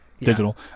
Digital